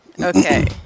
Okay